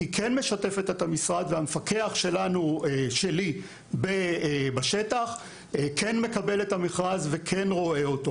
היא כן משתפת את המשרד והמפקח שלי בשטח כן מקבל את המכרז וכן רואה אותו.